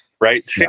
right